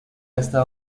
hasta